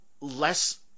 less